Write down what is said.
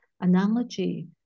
analogy